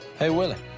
hey, willie,